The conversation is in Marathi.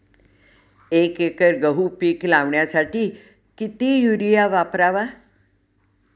एक एकर गहू पीक लावण्यासाठी किती युरिया वापरावा?